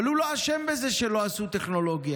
אבל הוא לא אשם בזה שלא עשו טכנולוגיה.